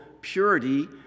purity